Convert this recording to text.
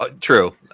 True